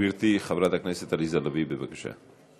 גברתי חברת הכנסת עליזה לביא, בבקשה.